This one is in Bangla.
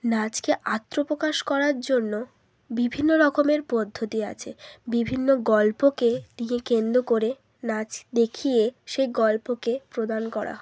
নাচকে আত্মপ্রকাশ করার জন্য বিভিন্ন রকমের পদ্ধতি আছে বিভিন্ন গল্পকে দিয়ে কেন্দ্র করে নাচ দেখিয়ে সে গল্পকে প্রদান করা হয়